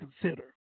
consider